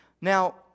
Now